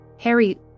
Harry